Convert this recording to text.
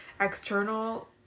external